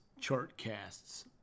ChartCasts